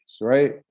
right